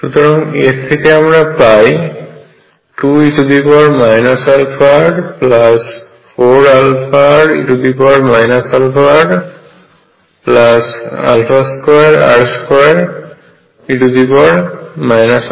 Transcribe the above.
সুতরাং এ থেকে আমরা পাই 2e αr4αre αr2r2e αr